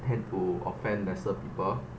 I tend to offend lesser people